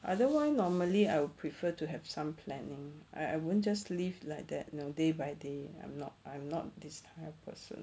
otherwise normally I would prefer to have some planning I I won't just live like that day by day I'm not I'm not this type of person